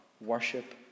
worship